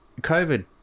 COVID